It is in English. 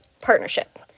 partnership